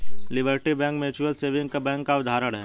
liberty bank mutual saving bank का उदाहरण है